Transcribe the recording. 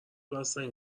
بستنی